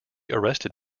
arrested